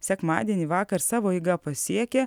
sekmadienį vakar savo eiga pasiekė